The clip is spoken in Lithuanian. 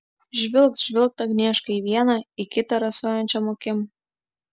žvilgt žvilgt agnieška į vieną į kitą rasojančiom akim